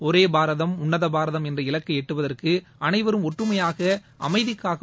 ஒரே பாரதம் உன்னத பாரதம் என்ற இலக்கை எட்டுவதற்கு அனைவரும் ஒற்றுமையாக அமைதிக்காவும்